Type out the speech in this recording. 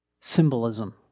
symbolism